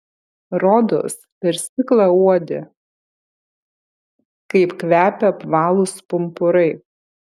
rodos per stiklą uodė kaip kvepia apvalūs pumpurai